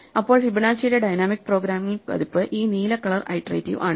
അപ്പോൾ ഫിബൊനാച്ചിയുടെ dynamic programming പതിപ്പ് ഈ നീല കളർ ഐട്രേറ്റിവ് ആണ്